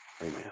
amen